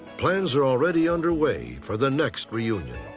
plans are already underway for the next reunion.